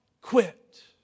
quit